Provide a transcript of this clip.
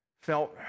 felt